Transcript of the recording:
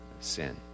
sin